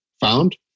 found